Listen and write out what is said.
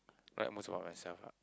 like most on your self ah